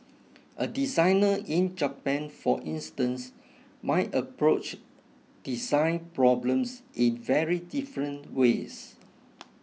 a designer in Japan for instance might approach design problems in very different ways